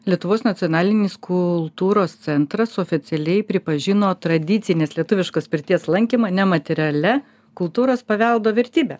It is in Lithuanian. lietuvos nacionalinis kultūros centras oficialiai pripažino tradicinės lietuviškos pirties lankymą nematerialia kultūros paveldo vertybe